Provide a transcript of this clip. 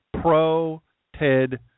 pro-Ted